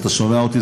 אתה שומע אותי,